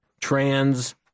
Trans